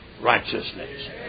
righteousness